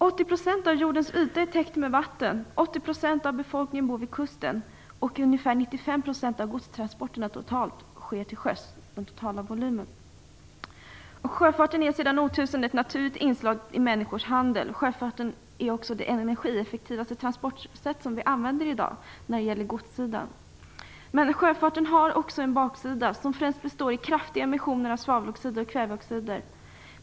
80 % av jordens yta är täckt med vatten. 80 % av befolkningen bor vid kusten. Ungefär 95 % av alla godstransporter sker till sjöss. Sjöfarten är sedan årtusenden ett naturligt inslag i människors handel. Sjöfarten är också det energieffektivaste transportsätt som vi använder i dag när det gäller godssidan. Men sjöfarten har också en baksida som främst består i kraftiga emissioner av svaveloxider och kväveoxider.